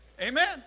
Amen